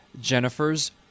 Jennifer's